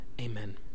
Amen